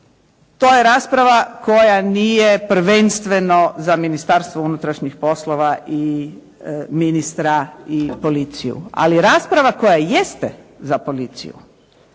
To je rasprava koja nije prvenstveno za Ministarstvo unutrašnjih poslova i ministra i policiju. Ali rasprava koja jeste za policiju